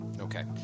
Okay